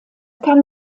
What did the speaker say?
kann